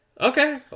Okay